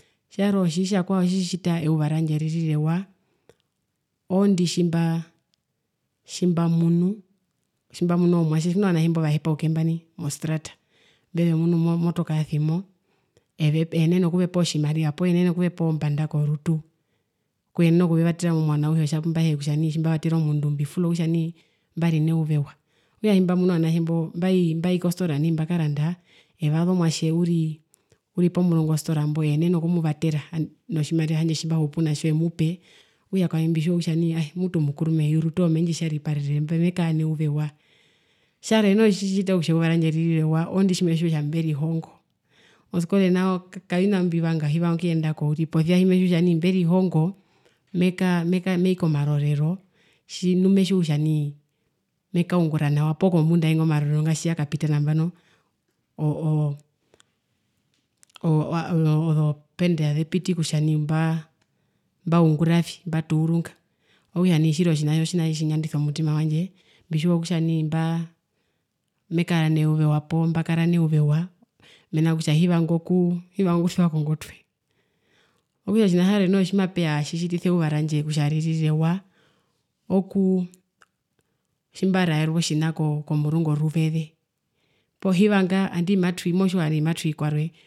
Tjarwe otjitjakwao tjitjita eyuva randje rire ewa oondi tjimbaa tjimbamunu omwatje tjimuna ovanatje imba ovahepauke mba nai mostrata eenene okuvepa otjina poo eenene okuvepa ombanda korutu okuyenena okuvevatera momwano auhe, otja tjimbahee kutja nii tjimbavatere omundu mbifula kutja nii mbari neyuva ewa, okutja tjimbamunu ovanatje mbo mbai kostora mbakaranda evsa omwatje uri, uri pomurungu ostora mbo eneene okumuvatera notjimariva tjandje tjimbahupu natjo morutu mbimuna kutja mutu mukuru meyuru mendjitjariparere mekara neyuva ewa. tjarwe noho tjitjita kutja eyuva randje ririre ewa orondu tjimetjiwa kutja mberihongo moskole nao kavina mbimbivanga hivanga okuyendako uriri posia tjimetjiwakutja nai mberihongo mekaa mei komarorero nu mekaungura nawa poo kombunda yainga omarorero nga tjiyakapita nambano ooo ooo oo ozo ooo oo ozo penda zepiti kutja nii mbaunguravi mbatuurunga okutja otjinaho tjina tjitjinyandisa omutima wandje mbitjiwa kutja nai mekara neyuva ewa poo mbakara neyuva ewa mena rokutja hivanga okusewa kongotwe, okutja otjina tjarwenoho tjimatjitjiti kutja ririre ewa okuu, tjimbaraerwa otjina komurungu oruveze, poo hivanga nandii matwii motjiwa kutja matwii kwarwe.